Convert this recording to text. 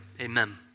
amen